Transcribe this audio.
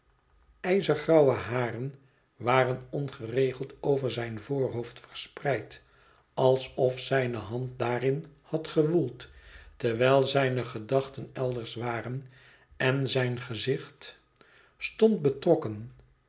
ijzergrauwe haren waren ongeregeld over zijn voorhoofd verspreid alsof zijne hand daarin had gewoeld terwijl zijne gedachten elders waren en zijn gezicht stond betrokken